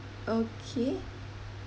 okay